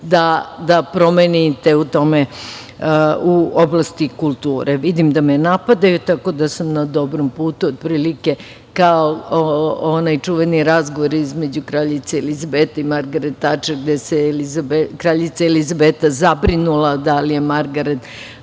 da promenite u oblasti kulture. Vidim da me napadaju, tako da sam na dobrom putu, otprilike kao onaj čuveni razgovor između kraljice Elizabete i Margaret Tačer, gde se kraljica Elizabeta zabrinula da li je Margaret